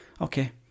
Okay